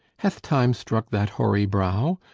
hath time struck that hoary brow?